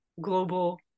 global